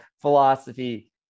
philosophy